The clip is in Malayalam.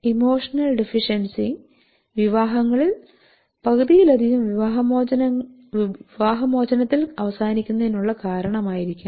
ഇമോഷണൽ ഡെഫിഷ്യൻസി വിവാഹങ്ങളിൽ പകുതിയിലധികം വിവാഹമോചനത്തിൽ അവസാനിക്കുന്നതിനുള്ള കാരണമായിരിക്കാം